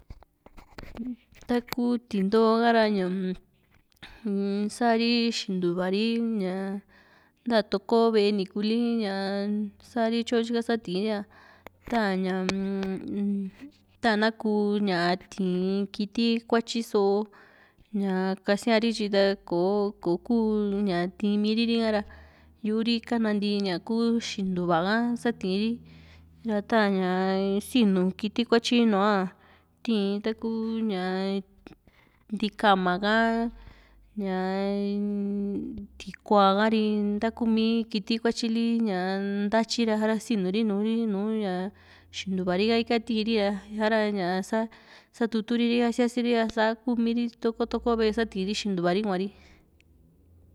taku tintoo ka´ra ñaa-m sa´ri xintu´va ri ña nta to´ko ve´e niku li ñaa sa´ri tyo tyika satiri´a ta´a ñaa tana ku tii´n kiti kuatyo soo ña kasiari tyi ña ko kò´o ña tii´nmiri ka ra yu´u ri kananti la ku xintuva´a ha ña satiri ra ta´ña sinu kiti kuatyi nùù a tii´n taku ntikama ha, ñaa tikua ha´ri ntaku mi kiti kuatyi li ña ntatyi ra tii´n ri nu ña xintu´va ro´ha ika sa´ra ña sa satuturi ri´ha siasiri ra sakumi ri toko toko ve´e satiri xintu´va ri kuari.